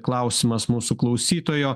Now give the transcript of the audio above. klausimas mūsų klausytojo